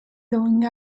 going